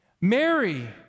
Mary